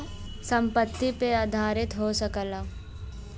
संपत्ति पे आधारित हो सकला